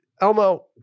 Elmo